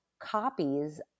copies